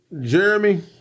Jeremy